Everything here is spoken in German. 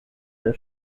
der